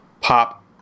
Pop